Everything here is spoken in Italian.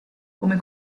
come